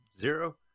zero